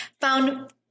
found—